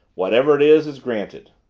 whatever it is, it's granted.